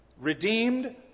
redeemed